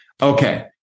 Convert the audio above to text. Okay